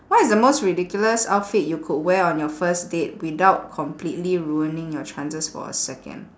what is the most ridiculous outfit you could wear on your first date without completely ruining your chances for a second